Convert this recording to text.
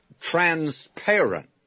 transparent